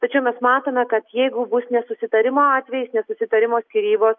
tačiau mes matome kad jeigu bus nesusitarimo atvejis nesusitarimo skyrybos